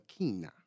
Makina